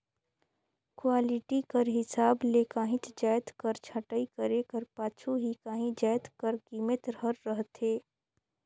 quality कर हिसाब ले काहींच जाएत कर छंटई करे कर पाछू ही काहीं जाएत कर कीमेत हर रहथे